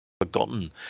forgotten